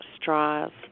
straws